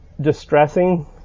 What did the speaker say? distressing